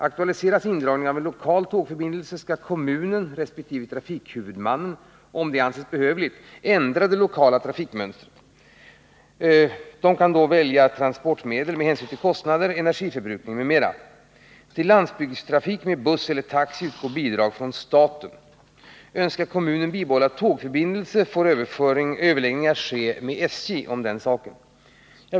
Aktualiseras indragning av en lokal tågförbindelse skall kommunen resp. trafikhuvudmannen om det anses behövligt ändra det lokala trafikmönstret. De kan då välja transportmedel med hänsyn till kostnader, energiförbrukning m.m. Till landsbygdstrafik med buss eller taxi utgår bidrag från staten. Önskar kommunen bibehålla tågförbindelse får överläggningar härom ske med SJ.